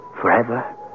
Forever